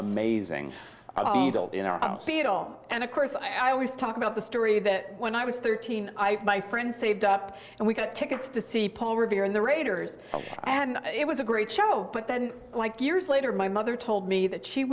amazing you know i don't see it all and of course i always talk about the story that when i was thirteen i by friends saved up and we got tickets to see paul revere and the raiders and it was a great show but then like years later my mother told me that she